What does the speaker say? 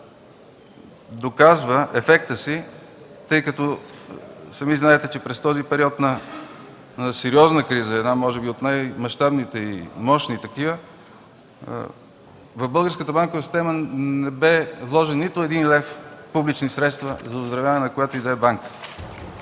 доказва ефекта си, тъй като сами знаете, че през този период на сериозна криза, може би една от най-мащабните и мощни такива, в българската банкова система не бе вложен нито един лев публични средства за оздравяване, на която и да е банка.